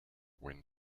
when